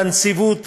בנציבות,